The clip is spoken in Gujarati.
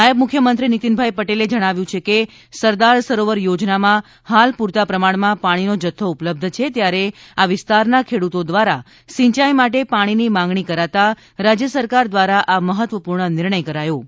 નાયબ મુખ્યમંત્રીશ્રી નીતિનભાઈ પટેલે જણાવ્યું છે કે સરદાર સરોવર યોજનામાં હાલ પૂરતા પ્રમાણમાં પાણીનો જથ્થો ઉપલબ્ધ છે ત્યારે આ વિસ્તારના ખેડૂતો દ્વારા સિંચાઈ માટે પાણીની માંગણી કરાતાં રાજ્ય સરકાર દ્વારા આ મહત્વપૂર્ણ નિર્ણય કરાયો છે